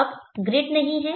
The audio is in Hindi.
अब ग्रिड नहीं है